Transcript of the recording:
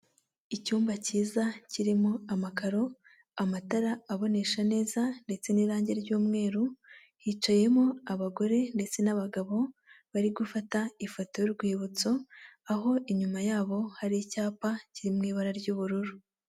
Icyumba cyiza kirimo amakaro, amatara abonesha neza, ndetse n'irangi ry'umweru, hicayemo abagore ndetse n'abagabo bari gufata ifoto y'urwibutso, aho inyuma yabo hari icyapa kiri mu ibara ry'ubururu.